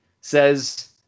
says